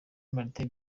martin